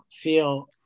feel